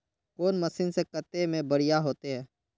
कौन मशीन से कते में बढ़िया होते है?